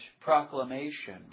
proclamation